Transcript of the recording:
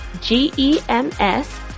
G-E-M-S